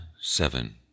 seven